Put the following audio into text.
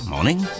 morning